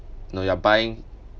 now you're buying